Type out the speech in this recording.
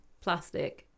plastic